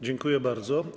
Dziękuję bardzo.